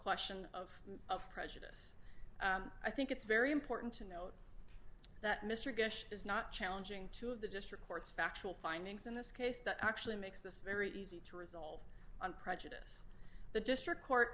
question of of prejudice i think it's very important to note that mr guest is not challenging two of the district courts factual findings in this case that actually makes this very easy to rule on prejudice the district court